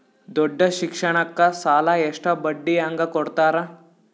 ದೊಡ್ಡ ಶಿಕ್ಷಣಕ್ಕ ಸಾಲ ಎಷ್ಟ ಬಡ್ಡಿ ಹಂಗ ಕೊಡ್ತಾರ?